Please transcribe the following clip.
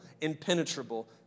impenetrable